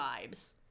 vibes